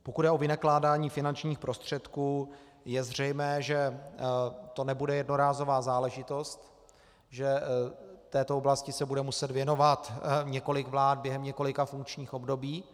Pokud jde o vynakládání finančních prostředků, je zřejmé, že to nebude jednorázová záležitost, že se této oblasti bude muset věnovat několik vlád během několika funkčních období.